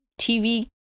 tv